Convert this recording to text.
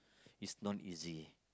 it's non easy